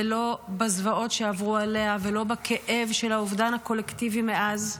ולא בזוועות שעברו עליה ולא בכאב של האובדן הקולקטיבי מאז,